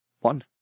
One